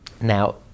Now